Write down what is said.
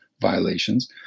violations